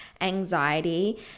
anxiety